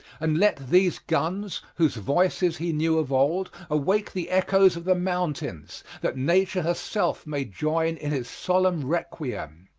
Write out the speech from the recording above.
and let these guns, whose voices he knew of old, awake the echoes of the mountains, that nature herself may join in his solemn requiem.